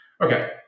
Okay